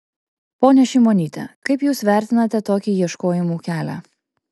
ponia šimonyte kaip jūs vertinate tokį ieškojimų kelią